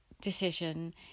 decision